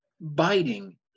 biting